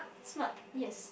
smart yes